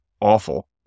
awful